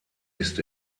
ist